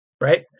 right